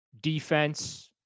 defense